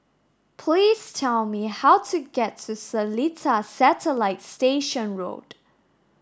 please tell me how to get to Seletar Satellite Station Road